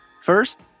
First